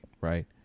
right